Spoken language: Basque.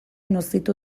nozitu